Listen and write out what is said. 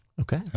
okay